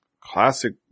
classic